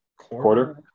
Quarter